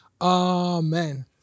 Amen